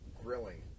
grilling